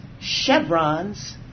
chevrons